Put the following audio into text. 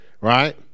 Right